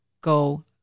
go